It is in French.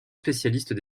spécialistes